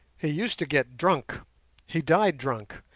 he used to get drunk he died drunk,